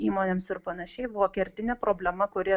įmonėms ir panašiai buvo kertinė problema kuri